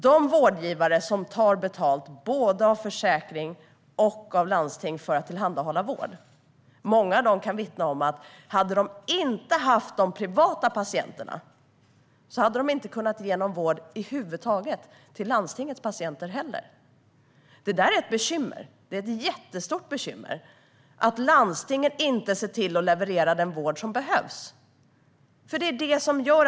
Många av de vårdgivare som tar betalt av både försäkring och landsting för att tillhandahålla vård kan vittna om att om de inte hade haft de privata patienterna hade de inte kunnat ge någon vård över huvud taget - inte heller till landstingets patienter. Att landstingen inte levererar den vård som behövs är ett jättestort bekymmer.